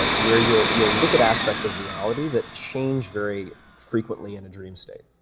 ah where you'll you'll look at aspects of reality that change very frequently in a dream state,